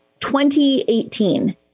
2018